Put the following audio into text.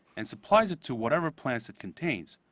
and supplies it to whatever plants it contains.